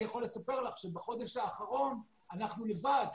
אני יכול לספר לך שבחודש האחרון אנחנו לבד,